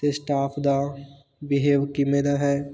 ਅਤੇ ਸਟਾਫ ਦਾ ਬਿਹੇਵ ਕਿਵੇਂ ਦਾ ਹੈ